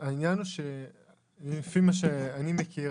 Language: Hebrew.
לפי מה שאני מכיר,